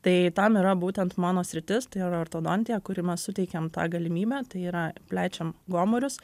tai tam yra būtent mano sritis tai yra ortodontija kuri mes suteikiam tą galimybę tai yra plečiam gomurius